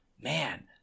man